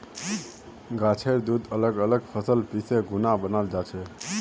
गाछेर दूध अलग अलग फसल पीसे खुना बनाल जाछेक